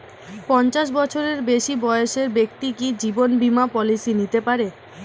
পঞ্চাশ বছরের বেশি বয়সের ব্যক্তি কি জীবন বীমা পলিসি নিতে পারে?